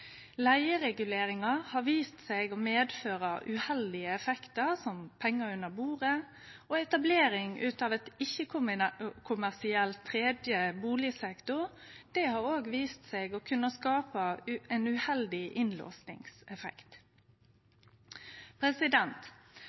har vist seg å føre til uheldige effektar, som pengar under bordet, og etablering av ein ikkje-kommersiell tredje bustadsektor har òg vist seg å kunne skape ein uheldig innlåsingseffekt.